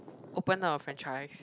open up a franchise